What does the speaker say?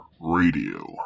Radio